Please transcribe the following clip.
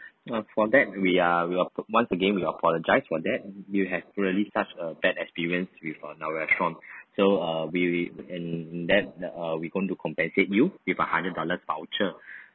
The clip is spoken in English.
uh for that we are we are apo~ once again we apologise for that you have really such a bad experience with uh our restaurant so uh we we and that the uh we going to compensate you with a hundred dollar voucher